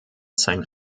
sein